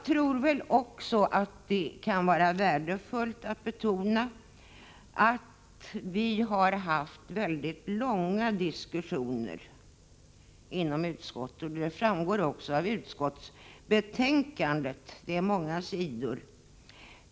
Det kan också vara värt att betona att vi har fört mycket långa diskussioner inom utskottet. Det framgår även av att utskottsbetänkandet omfattar många sidor.